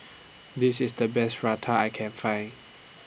This IS The Best Raita I Can Find